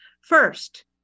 First